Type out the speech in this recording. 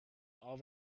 all